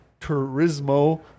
Turismo